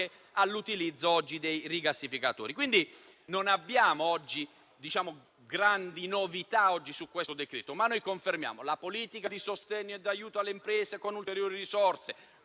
all'utilizzo dei rigassificatori Non abbiamo, dunque, grandi novità su questo decreto, ma vi confermiamo la politica di sostegno ed aiuto alle imprese con ulteriori risorse;